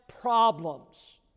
problems